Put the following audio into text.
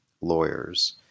lawyers